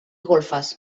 golfes